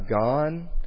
gone